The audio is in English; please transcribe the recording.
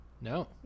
No